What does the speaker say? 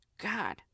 God